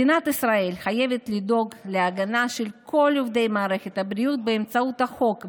מדינת ישראל חייבת לדאוג להגנה של כל עובדי מערכת הבריאות באמצעות החוק,